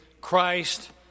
Christ